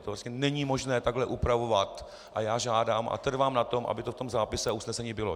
To prostě není možné takhle upravovat a já žádám a trvám na tom, aby to v tom zápise a usnesení bylo.